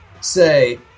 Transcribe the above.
say